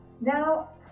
Now